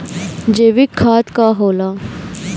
जैवीक खाद का होला?